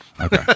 Okay